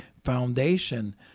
foundation